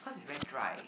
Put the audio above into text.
cause it's very dry